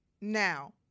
Now